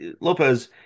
Lopez